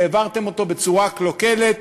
והעברתם אותו בצורה קלוקלת.